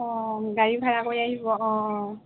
অঁ গাড়ী ভাড়া কৰি আহিব অঁ